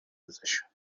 ازشون